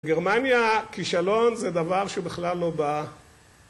גרמניה כישלון זה דבר שבכלל לא בא...